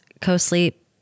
co-sleep